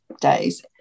days